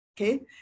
okay